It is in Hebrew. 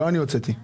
לא אני הוצאתי אותה.